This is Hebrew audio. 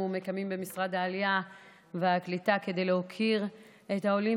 מקיימים במשרד העלייה והקליטה כדי להוקיר את העולים